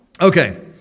okay